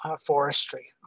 forestry